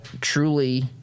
truly